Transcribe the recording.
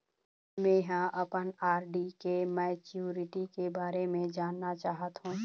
में ह अपन आर.डी के मैच्युरिटी के बारे में जानना चाहथों